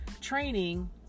training